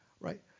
right